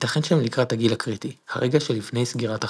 ייתכן שהם לקראת הגיל הקריטי - הרגע שלפני סגירת החלון.